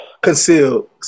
Concealed